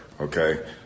okay